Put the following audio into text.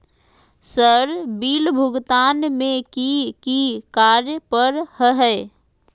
Sir bill भुगतान में की की कार्य पर हहै?